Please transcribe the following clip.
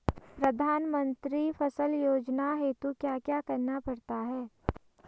प्रधानमंत्री फसल योजना हेतु क्या क्या करना पड़ता है?